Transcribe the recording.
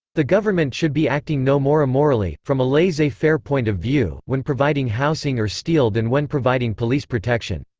the government should be acting no more immorally, from a laissez-faire laissez-faire point of view, when providing housing or steel than when providing police protection.